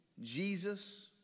Jesus